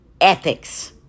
ethics